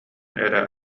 эрэ